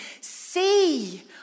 See